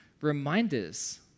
reminders